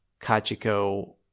Kachiko